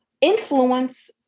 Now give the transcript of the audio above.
influence